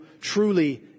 truly